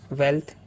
wealth